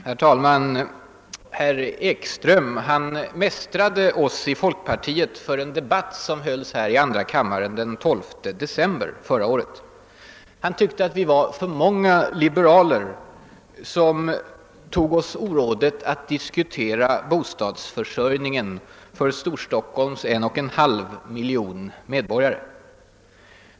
Herr talman! Herr Ekström mästrade oss i folkpartiet för en debatt som hölls här i andra kammaren den 12 december förra året. Han tyckte att vi var för många liberaler som tog oss friheten att diskutera bostadsförsörjningen för Storstockholms en och en halv miljoner medborgare.